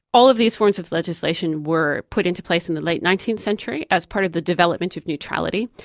all of these forms of legislation were put into place in the late nineteenth century as part of the development of neutrality.